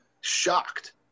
Shocked